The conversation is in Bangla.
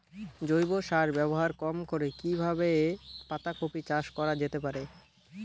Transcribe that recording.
জৈব সার ব্যবহার কম করে কি কিভাবে পাতা কপি চাষ করা যেতে পারে?